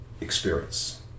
experience